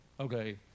Okay